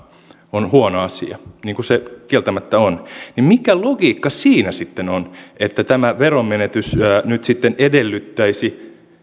on huono asia niin kuin se kieltämättä on niin mikä logiikka siinä sitten on että tämä veronmenetys nyt sitten edellyttäisi